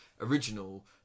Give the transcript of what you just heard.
original